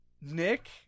Nick